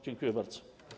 Dziękuję bardzo.